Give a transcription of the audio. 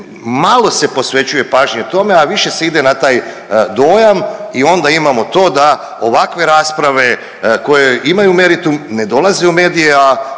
malo se posvećuje pažnje tome, a više se ide na taj dojam i onda imamo to da ovakve rasprave koje imaju meritum ne dolaze u medije,